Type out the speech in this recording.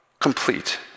complete